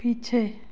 पीछे